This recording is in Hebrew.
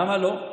למה לא?